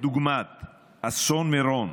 כדוגמת אסון מירון.